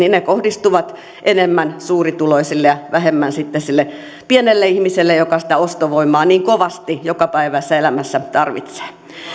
kohdistuvat enemmän suurituloisille ja vähemmän sille pienelle ihmiselle joka sitä ostovoimaa niin kovasti jokapäiväisessä elämässä tarvitsee